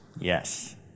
Yes